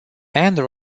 and